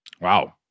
Wow